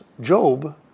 job